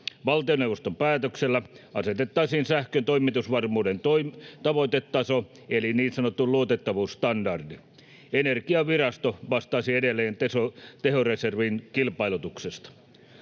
Valtioneuvoston päätöksellä asetettaisiin sähkön toimitusvarmuuden tavoitetaso eli niin sanottu luotettavuusstandardi. Energiavirasto vastaisi edelleen tehoreservin kilpailutuksesta.